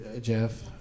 Jeff